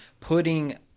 putting